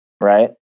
Right